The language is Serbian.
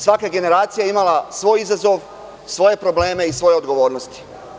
Svaka generacija je imala svoj izazov, svoje probleme i svoje odgovornosti.